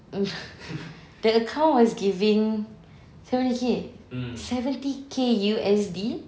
um the account was giving seventy K seventy K U_S_D